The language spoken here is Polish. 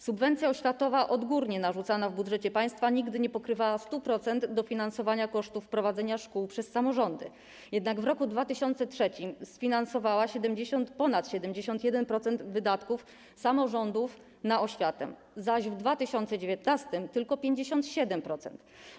Subwencja oświatowa, odgórnie narzucana w budżecie państwa, nigdy nie pokrywała 100% dofinansowania kosztów prowadzenia szkół przez samorządy, jednak w 2003 r. sfinansowała ponad 71% wydatków samorządów na oświatę, zaś w 2019 r. - tylko 57%.